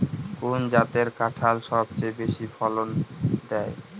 কোন জাতের কাঁঠাল সবচেয়ে বেশি ফলন দেয়?